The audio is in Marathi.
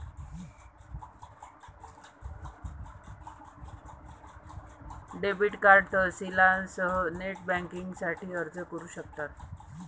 डेबिट कार्ड तपशीलांसह नेट बँकिंगसाठी अर्ज करू शकतात